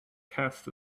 cast